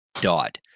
dot